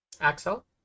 Axel